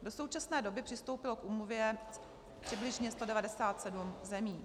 Do současné doby přistoupilo k úmluvě přibližně 197 zemí.